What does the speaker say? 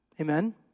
Amen